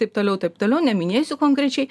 taip toliau taip toliau neminėsiu konkrečiai